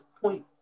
point